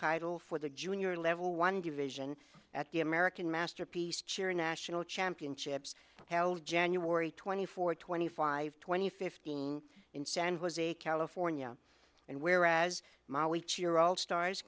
title for the junior level one division at the american masterpiece cierra national championships held january twenty fourth twenty five twenty fifteen in san jose california and whereas ma each year old stars